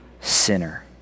sinner